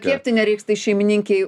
kepti nereiks tai šeimininkei